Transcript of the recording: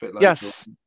yes